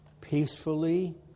peacefully